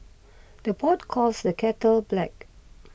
the pot calls the kettle black